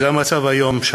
זה המצב שם היום.